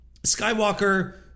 Skywalker